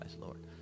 Lord